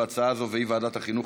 איל.